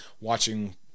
watching